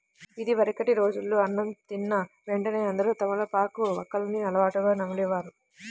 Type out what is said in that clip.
ఇదివరకటి రోజుల్లో అన్నం తిన్న వెంటనే అందరూ తమలపాకు, వక్కలను అలవాటుగా నమిలే వారు